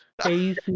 AC